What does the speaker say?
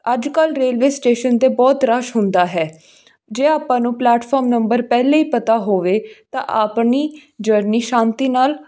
ਅੱਜ ਕੱਲ੍ਹ railway station 'ਤੇ ਬਹੁਤ ਰੱਸ਼ ਹੁੰਦਾ ਹੈ ਜੇ ਆਪਾਂ ਨੂੰ ਪਲੈਟਫੋਰਮ ਨੰਬਰ ਪਹਿਲਾਂ ਹੀ ਪਤਾ ਹੋਵੇ ਤਾਂ ਆਪਣੀ ਜਰਨੀ ਸ਼ਾਂਤੀ ਨਾਲ